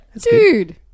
Dude